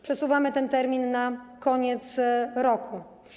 Przesuwamy ten termin na koniec roku.